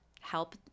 help